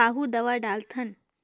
पाहु दवा डालथन